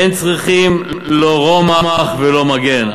אין צריכים לא רומח ולא מגן.